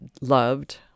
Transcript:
loved